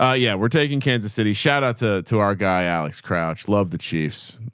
ah yeah. we're taking kansas city shout out to, to our guy, alex crouch love the chiefs.